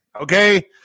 okay